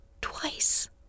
twice